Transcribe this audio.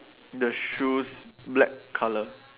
the shoes black colour